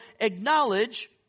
acknowledge